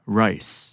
rice